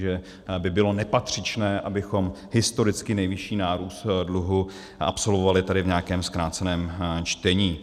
Že by bylo nepatřičné, abychom historicky nejvyšší nárůst dluhu absolvovali tady v nějakém zkráceném čtení.